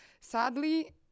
sadly